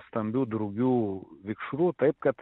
stambių drugių vikšrų taip kad